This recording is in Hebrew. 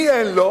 מי אין לו?